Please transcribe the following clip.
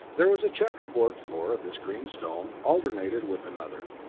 there was a checker-board floor of this green stone, alternated with another,